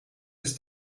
ist